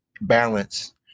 balance